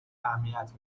اهمیت